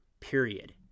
Period